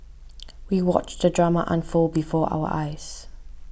we watched the drama unfold before our eyes